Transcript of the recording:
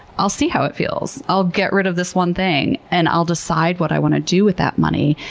i'll see how it feels. i'll get rid of this one thing and i'll decide what i want to do with that money.